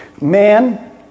Man